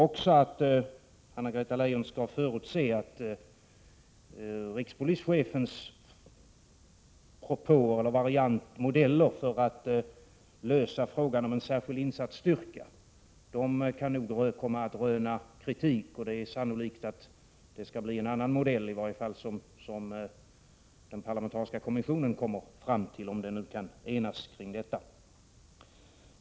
Anna-Greta Leijon kan förutse att rikspolischefens propåer eller modeller för att lösa frågan om en särskild insatsstyrka kommer nog att röna kritik. Det är sannolikt att det kommer att bli en annan modell, i varje fall den som den parlamentariska kommissionen kommer fram till — om den nu kan enas kring detta.